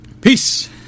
Peace